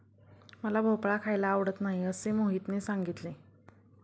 मला भोपळा खायला आवडत नाही असे मोहितने सांगितले